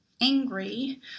angry